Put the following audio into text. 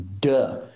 Duh